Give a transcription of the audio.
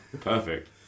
Perfect